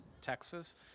Texas